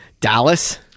Dallas